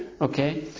okay